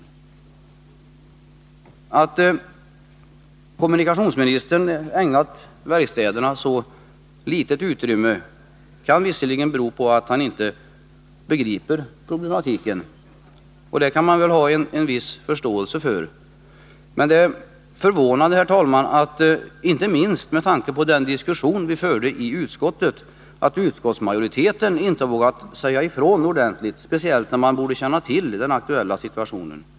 Det förhållandet att kommunikationsministern ägnat verkstäderna så litet utrymme kan visserligen bero på att han inte begriper problematiken, och det kan jag ha en viss förståelse för. Men det är förvånande, herr talman, inte minst med tanke på den diskussion vi förde i utskottet, att utskottsmajoriteten inte vågar säga ifrån ordentligt, speciellt eftersom majoriteten borde känna till den aktuella situationen.